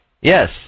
Yes